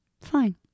Fine